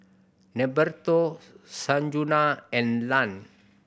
Norberto Sanjuana and Ian